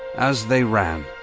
as they ran,